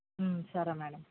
సరే మ్యాడమ్